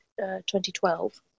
2012